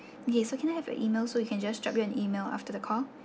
okay so can I have your email so we can just drop you an email after the call